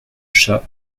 chat